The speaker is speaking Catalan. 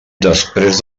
després